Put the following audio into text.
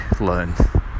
learn